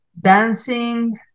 dancing